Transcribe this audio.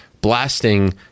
blasting